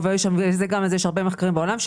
גם על זה יש הרבה מחקרים בעולם.